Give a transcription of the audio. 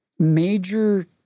major